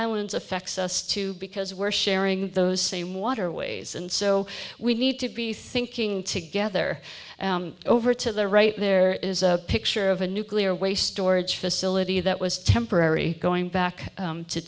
islands affects us too because we're sharing those same waterways and so we need to be thinking together over to the right there is a picture of a nuclear waste storage facility that was temporary going back to to